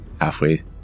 Halfway